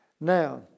Now